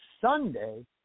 Sunday